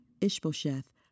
Ishbosheth